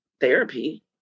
therapy